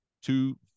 two